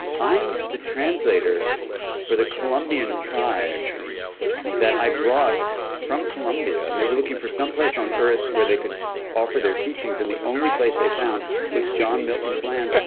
i'm the translator for the colombian tribe that i brought from colombia. and they were looking for some place on earth where they could offer their teachings, and the only place they found was john milton's lands,